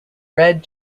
red